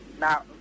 Now